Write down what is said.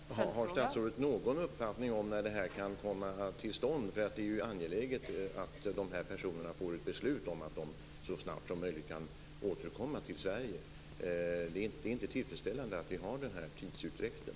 Fru talman! Har statsrådet någon uppfattning om när detta kan komma till stånd? Det är ju angeläget att dessa personer får ett beslut om att de så snart som möjligt kan återkomma till Sverige. Det är inte tillfredsställande att vi har den här tidsutdräkten.